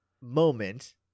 moment